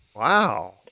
Wow